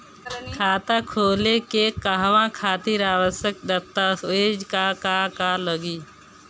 खाता खोले के कहवा खातिर आवश्यक दस्तावेज का का लगी?